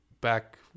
back